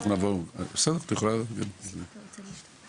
אנחנו נעבור הלאה בינתיים ונחזור אליו.